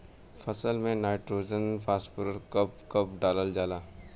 फसल में nitrogen phosphorus कब कब डालल जाला?